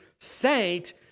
saint